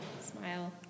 Smile